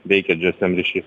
veikia gsm ryšys